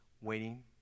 waiting